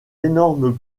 énorme